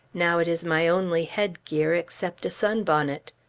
now it is my only headgear, except a sunbonnet.